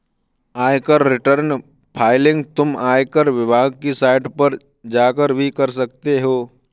आयकर return filing तुम आयकर विभाग की साइट पर जाकर भी कर सकते हो